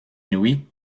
inouïe